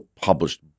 published